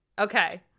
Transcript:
Okay